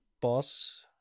Boss